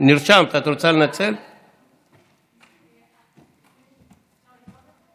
אבקש את תמיכת המליאה בתקנות אלה.